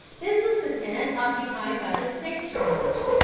this was the tent occupied by the snake charmers,